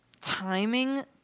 Timing